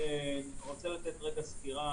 אני רוצה לתת רגע סקירה.